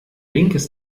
linkes